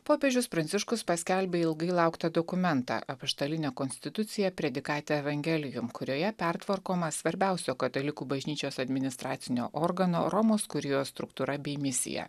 popiežius pranciškus paskelbė ilgai lauktą dokumentą apaštalinę konstituciją predikate evangelium kurioje pertvarkoma svarbiausio katalikų bažnyčios administracinio organo romos kurijos struktūra bei misija